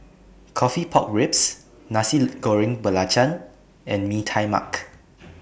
Coffee Pork Ribs Nasi Goreng Belacan and Mee Tai Mak